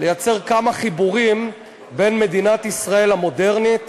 לייצר כמה חיבורים בין מדינת ישראל המודרנית